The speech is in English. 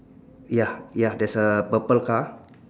ya ya there's a purple car